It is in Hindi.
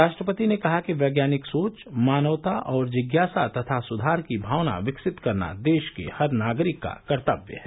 राष्ट्रपति ने कहा कि वैज्ञानिक सोच मानवता और जिज्ञासा तथा सुधार की भावना विकसित करना देश के हर नागरिक का कर्तव्य है